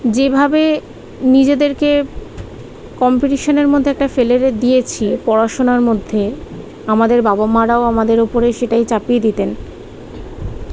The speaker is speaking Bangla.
যেভাবে নিজেদেরকে কম্পিটিশানের মধ্যে একটা ফেলে রে দিয়েছি পড়াশোনার মধ্যে আমাদের বাবা মা রাও আমাদের ওপরে সেটাই চাপিয়ে দিতেন